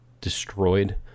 destroyed